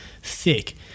thick